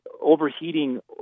overheating